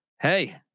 hey